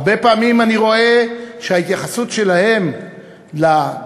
הרבה פעמים אני רואה שההתייחסות שלהם לדברים